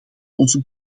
onze